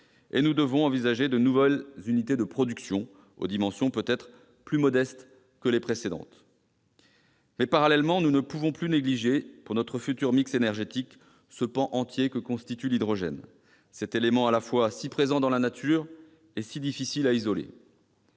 et envisager de nouvelles unités de production, aux dimensions peut-être plus modestes que les précédentes. Parallèlement, nous ne pouvons plus négliger, pour notre futur mix énergétique, ce pan entier que constitue l'hydrogène, élément à la fois si présent dans la nature et si difficile à isoler.